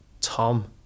Tom